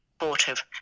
supportive